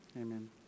Amen